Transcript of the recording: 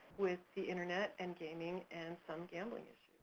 with the internet and gaming and some gambling issues.